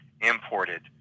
imported